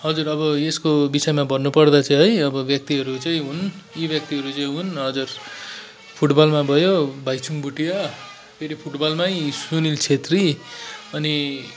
हजुर अब यसको विषयमा भन्नुपर्दा चाहिँ है अब व्यक्तिहरू चाहिँ हुन् यी व्यक्तिहरू चाहिँ हुन् हजुर फुटबलमा भयो भाइचुङ भुटिया फेरि फुटबलमै सुनिल छेत्री अनि